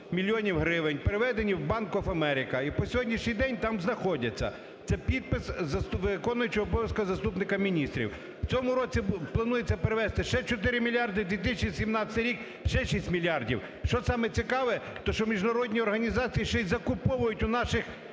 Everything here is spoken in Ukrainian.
мільйонів гривень переведені в "Bank of America" і по сьогоднішній день там знаходяться. Це підпис виконуючого обов'язки заступника міністра. В цьому році планується перевести ще 4 мільярди, 2017 рік ще 6 мільярдів. Що саме цікаве – те, що міжнародні організації ще й закуповують у наших